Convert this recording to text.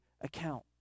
account